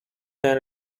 ten